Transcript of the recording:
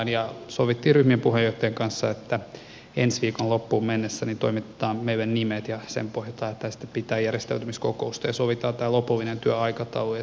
sovittiin ryhmien puheenjohtajien kanssa että ensi viikon loppuun mennessä toimitetaan meille nimet ja sen pohjalta lähdetään sitten pitämään järjestäytymiskokousta ja sovitaan tämä lopullinen työaikataulu ja sen sisältö